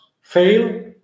fail